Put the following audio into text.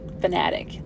fanatic